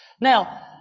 Now